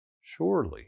surely